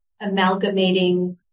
amalgamating